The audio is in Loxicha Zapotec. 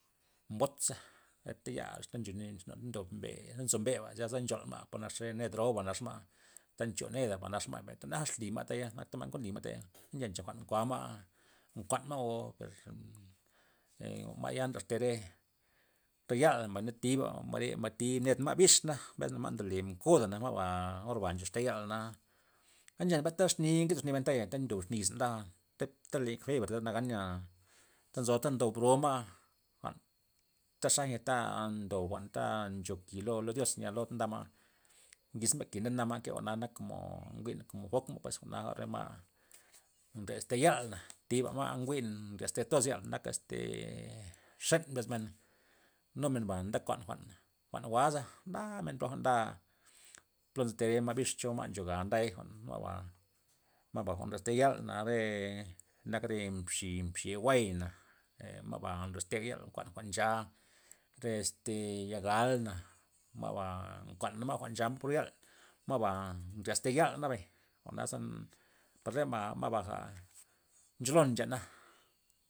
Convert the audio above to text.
Mbotza' re taya asta ndyuxni ndob mbe ndob mbeba zyasa nchol ma' po nax re ned roba nax ma,' ta ncho neda ba nax ma' benta jwa'na naxli ma'taya nak ma' kenkuan nly ma'taya, nchenta jwa'n nkuan o nkuan ma' o per ma'ya ee naxte ma' ya'la mbay na thib ma'te thib ned ma' bix xenak mbesna ma' ndole nkoda'na ma'ba orba naxte yal, na chenta pa ndaxni, ndoxni men ta'ya ndob xni yis'na nda teta len ye kafe nda nagan nya ta nzo- ta ndo broma' taxa nya ndob jwa'n ta ncho ki lo dios nya ned nda ma' ngiz ma' ki na ndana' thi jwa'na nak komo jwi'n komo fok komo jwa'na re ma' nde te yal, thiba ma' njwi'n naxte toz yal nak este xen' mbesmen nu men mba nda nde kuan jwa'n jwa'n jwa'zabay ndamen poja nda plo nzyte re ma' bix cho ma' nchogay nday jwa'n ma'ba ma'ba jwa'n naxte yalna re nak re mxi- mxi le jwa'y na e ma'ba naxtega yal nkuan ncha re este ya galna ma'ba nkuan ma' jwa'n ncha ma' pur yal ma'ba nryaste yal nabey jwa'na ze par re ma' ba'ja nchol nexena.